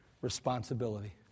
Responsibility